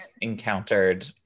encountered